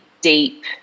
deep